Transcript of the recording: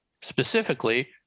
Specifically